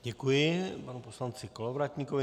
Děkuji panu poslanci Kolovratníkovi.